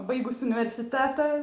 baigus universitetą